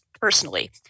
personally